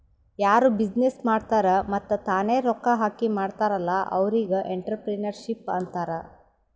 ಯಾರು ಬಿಸಿನ್ನೆಸ್ ಮಾಡ್ತಾರ್ ಮತ್ತ ತಾನೇ ರೊಕ್ಕಾ ಹಾಕಿ ಮಾಡ್ತಾರ್ ಅಲ್ಲಾ ಅವ್ರಿಗ್ ಎಂಟ್ರರ್ಪ್ರಿನರ್ಶಿಪ್ ಅಂತಾರ್